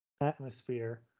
atmosphere